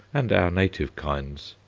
and our native kinds,